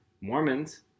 Mormons